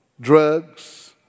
drugs